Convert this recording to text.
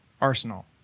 Arsenal